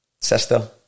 sister